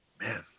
Man